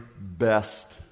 best